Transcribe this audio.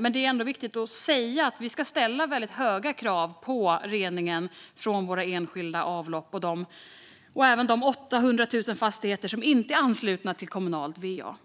men det är ändå viktigt att säga att vi ska ställa väldigt höga krav på reningen när det gäller våra enskilda avlopp och även de 800 000 fastigheter som inte är anslutna till kommunalt va.